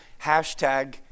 hashtag